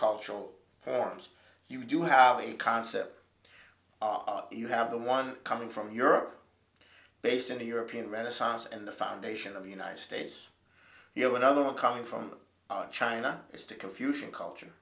cultural forms you do have a concept are you have the one coming from europe based in the european renaissance and the foundation of the united states you know another one coming from china is to confucian culture